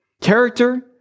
character